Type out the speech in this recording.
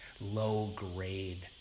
low-grade